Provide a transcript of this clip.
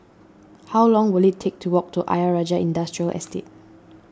how long will it take to walk to Ayer Rajah Industrial Estate